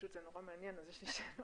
זה נורא מעניין אז יש לי שאלות.